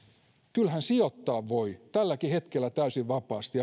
kyllähän sijoittaa voi tälläkin hetkellä täysin vapaasti